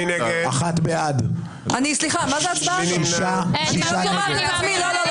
נגד, נמנע, כי עכשיו זה חשוב למישהו לרוץ עם